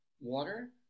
water